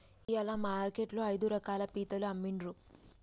ఇయాల మార్కెట్ లో ఐదు రకాల పీతలు అమ్మిన్రు